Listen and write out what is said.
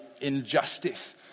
injustice